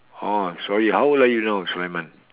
oh sorry how old are you now sulaiman